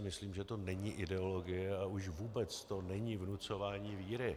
Myslím si, že to není ideologie, a už vůbec to není vnucování víry.